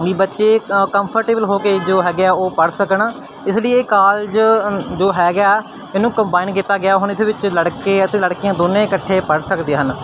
ਵੀ ਬੱਚੇ ਕੰਫਰਟੇਬਲ ਹੋ ਕੇ ਜੋ ਹੈਗੇ ਆ ਉਹ ਪੜ੍ਹ ਸਕਣ ਇਸ ਲਈ ਇਹ ਕਾਲਜ ਜੋ ਹੈਗਾ ਇਹਨੂੰ ਕੰਬਾਈਨ ਕੀਤਾ ਗਿਆ ਹੁਣ ਇਹਦੇ ਵਿੱਚ ਲੜਕੇ ਅਤੇ ਲੜਕੀਆਂ ਦੋਨੇ ਇਕੱਠੇ ਪੜ੍ਹ ਸਕਦੇ ਹਨ